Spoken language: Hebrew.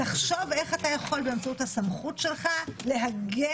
תחשוב איך אתה יכול באמצעות הסמכות שלך להגן